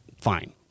Fine